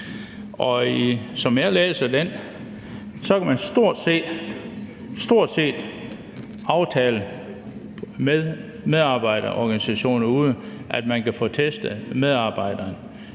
som jeg læser det, stort set kan aftale med medarbejderorganisationerne, at man kan få testet medarbejderne.